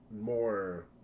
More